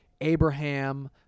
Abraham